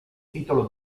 titolo